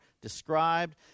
described